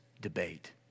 debate